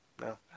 No